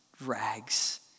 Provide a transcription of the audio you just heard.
rags